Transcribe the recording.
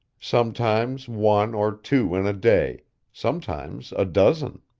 sometimes one or two in a day sometimes a dozen.